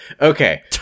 Okay